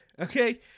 Okay